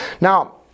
Now